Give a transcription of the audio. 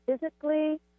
physically